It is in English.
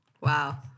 Wow